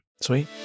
sweet